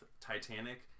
Titanic